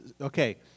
okay